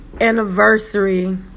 anniversary